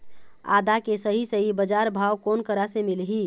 आदा के सही सही बजार भाव कोन करा से मिलही?